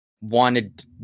Wanted